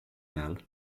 ajal